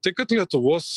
tai kad lietuvos